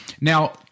Now